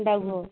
ഉണ്ടാകുവോ